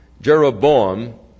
Jeroboam